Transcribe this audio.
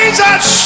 Jesus